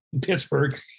Pittsburgh